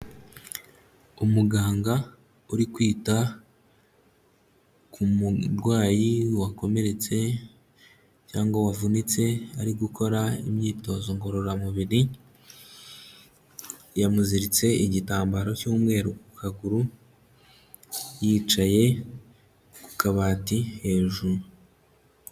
Umuganga uri kwita ku murwayi wakomeretse cyangwa wavunitse ari gukora imyitozo ngororamubiri, yamuziritse igitambaro cy'umweru ku kaguru, yicaye ku kabati hejuru.